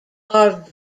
are